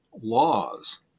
laws